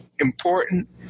important